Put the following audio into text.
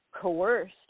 coerced